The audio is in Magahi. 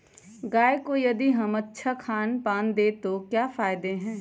गाय को यदि हम अच्छा खानपान दें तो क्या फायदे हैं?